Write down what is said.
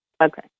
Okay